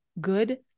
good